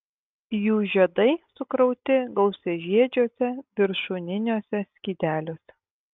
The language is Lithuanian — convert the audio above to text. jų žiedai sukrauti gausiažiedžiuose viršūniniuose skydeliuose